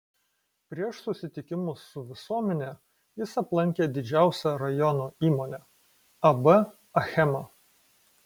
prieš susitikimus su visuomene jis aplankė didžiausią rajono įmonę ab achema